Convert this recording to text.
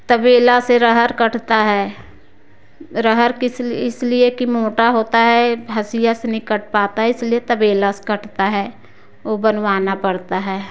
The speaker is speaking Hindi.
तबेला से रहर कटता है रहर किस लिए इस लिए की मोटा होता है हसिया से नहीं कट पाता है इसलिए तबेला से कटता है वह बनवाना पड़ता है